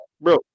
bro